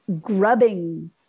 grubbing